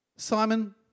Simon